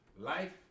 Life